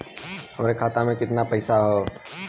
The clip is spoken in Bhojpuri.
हमरे खाता में कितना पईसा हौ?